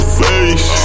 face